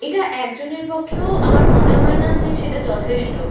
এটা একজনের পক্ষেও আমার মনে হয় না যে সেটা যথেষ্ট